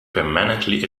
permanently